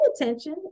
attention